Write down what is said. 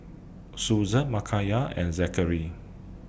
Susan Micayla and Zackary